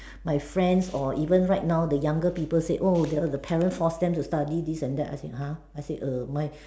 my friends or even right now the younger people said oh their the parents force them to study this and that I said !huh! I said err my